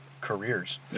careers